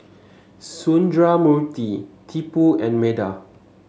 Sundramoorthy Tipu and Medha